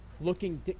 looking